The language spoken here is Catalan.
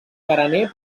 carener